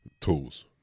tools